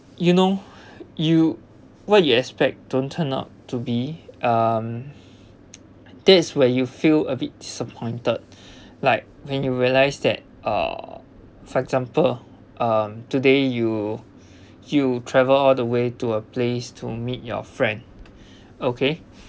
you know you what you expect don't turn up to be um that is where you feel a bit disappointed like when you realise that uh for example um today you you travel all the way to a place to meet your friend okay